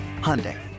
Hyundai